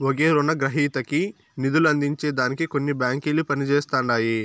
ఒకే రునగ్రహీతకి నిదులందించే దానికి కొన్ని బాంకిలు పనిజేస్తండాయి